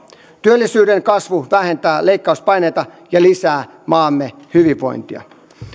työllisyyden kasvu vähentää leikkauspaineita ja lisää maamme hyvinvointia